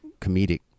comedic